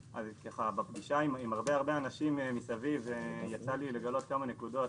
בפגישה עם הרבה אנשים מסביב יצא לי לגלות כמה נקודות.